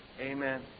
Amen